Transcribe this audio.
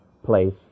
Place